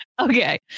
Okay